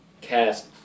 cast